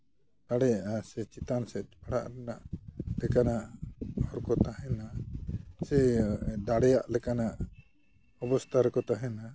ᱫᱟᱲᱮᱭᱟᱜᱼᱟ ᱥᱮ ᱪᱮᱛᱟᱱ ᱥᱮᱫ ᱯᱟᱲᱦᱟᱜ ᱨᱮᱱᱟᱜ ᱴᱷᱤᱠᱟᱹᱱᱟ ᱟᱨ ᱠᱚ ᱛᱟᱦᱮᱱᱟ ᱥᱮ ᱫᱟᱲᱮᱭᱟᱜ ᱞᱮᱠᱟᱱᱟᱜ ᱚᱵᱚᱥᱛᱟ ᱨᱮᱠᱚ ᱛᱟᱦᱮᱱᱟ